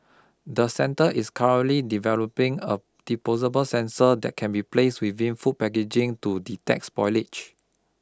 the centre is currently developing a disposable sensor that can be placed within food packaging to detect spoilage